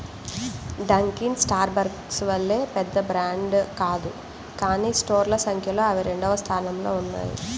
Dunkin Starbucks వలె పెద్ద brand కాదు కానీ స్టోర్ల సంఖ్యలో అవి రెండవ స్థానంలో ఉన్నాయి